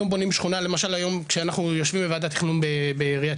למשל היום כשאנחנו יושבים בוועדת התכנון בירושלים,